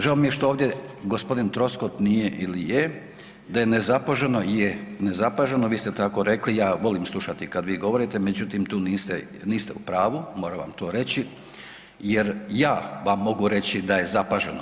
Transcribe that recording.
Žao mi je što ovdje gospodin Troskot nije ili je, da je nezapaženo, je nezapaženo, vi ste tako rekli, ja volim slušati kad vi govorite međutim tu niste, niste u pravu, moram vam to reći jer ja vam mogu reći da je zapaženo.